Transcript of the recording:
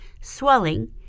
swelling